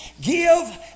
give